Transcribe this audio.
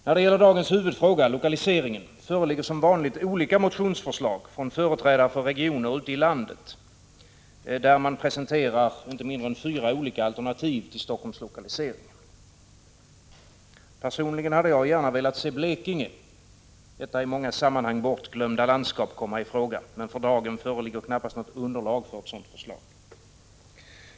När det gäller dagens huvudfråga, lokaliseringen, föreligger som vanligt olika motionsförslag från företrädare för regioner ute i landet, där man presenterar inte mindre än fyra olika alternativ till Helsingforsslokaliseringen. Personligen hade jag gärna velat se Blekinge — detta i många sammanhang bortglömda landskap — komma i fråga. Men för dagen föreligger knappast något underlag för ett sådant förslag.